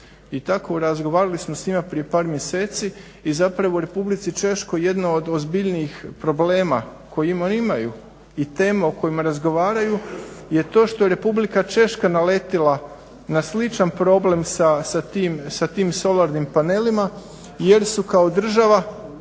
I tako razgovarali smo s njima prije par mjeseci i zapravo Republici Češkoj jedan od ozbiljnijih problema koji imaju i tema o kojima razgovaraju je to što je Republika Češka naletila na sličan problem sa tim solarnim panelima jer su kao država